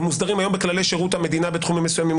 היא מוסדרת היום בכללי שירות המדינה בתחומים מסוימים.